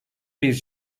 bir